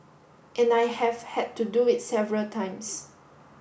and I have had to do it several times